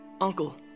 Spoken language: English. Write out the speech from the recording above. Uncle